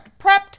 Prepped